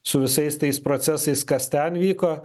su visais tais procesais kas ten vyko